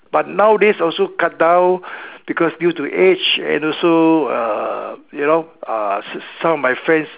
but nowadays also cut down because due to age and also uh you know uh some of my friends